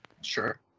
Sure